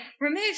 remove